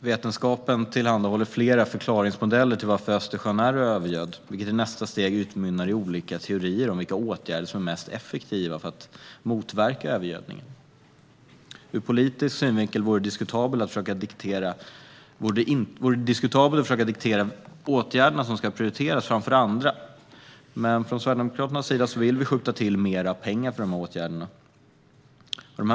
Vetenskapen tillhandahåller flera förklaringsmodeller till varför Östersjön är övergödd, vilket i nästa steg utmynnar i olika teorier om vilka åtgärder som är mest effektiva för att motverka övergödningen. Ur politisk synvinkel vore det diskutabelt att försöka diktera vilka åtgärder som ska prioriteras framför andra, men från Sverigedemokraternas sida vill vi skjuta till mer pengar för dessa åtgärder.